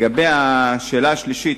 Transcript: לגבי השאלה השלישית,